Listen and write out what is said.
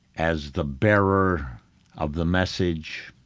as the bearer of the message,